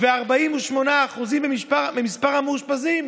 ו-48% במספר המאושפזים.